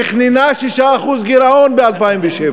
תכננה 6% גירעון ב-2007.